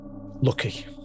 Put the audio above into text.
Lucky